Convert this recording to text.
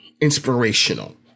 inspirational